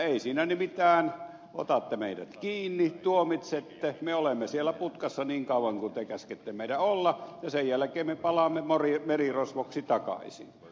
ei siinä mitään otatte meidät kiinni tuomitsette me olemme siellä putkassa niin kauan kuin te käskette meidän olla ja sen jälkeen me palaamme merirosvoiksi takaisin